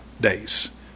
days